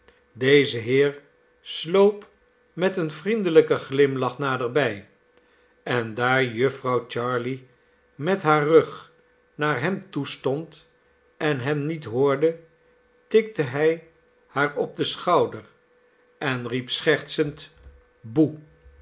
deze heer sloop met een vriendelijken glimlach naderbij en daar jufvrouw jarley met haar nig naar hem toe stond en hem niet hoorde tikte hij haar op den schouder en riep schertsend